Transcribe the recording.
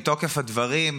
מתוקף הדברים,